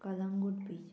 Calangute beach